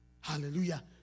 hallelujah